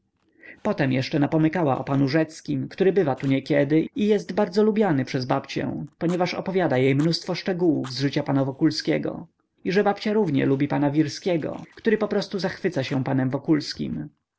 potem jeszcze napomykała o panu rzeckim który bywa tu niekiedy i jest bardzo lubiany przez babcię ponieważ opowiada jej mnóstwo szczegółów z życia pana wokulskiego i że babcia równie lubi pana wirskiego który poprostu zachwyca się panem